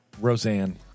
Roseanne